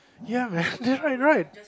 ya man they right right